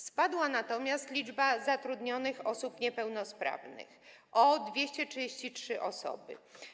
Spadła natomiast liczba zatrudnionych osób niepełnosprawnych - o 233 osoby.